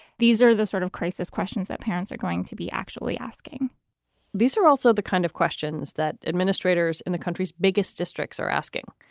these are the sort of crisis questions that parents are going to be actually asking these are also the kind of questions that administrators in the country's biggest districts are asking.